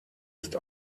ist